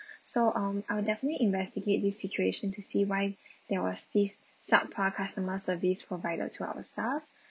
so um I'll definitely investigate this situation to see why there was this subpar customer service provided to our stuff